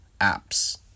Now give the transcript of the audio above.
apps